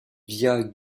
via